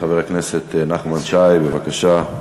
חבר הכנסת נחמן שי, בבקשה.